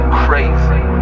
crazy